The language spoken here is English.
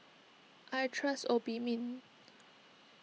I trust Obimin